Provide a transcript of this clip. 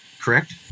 correct